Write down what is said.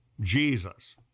Jesus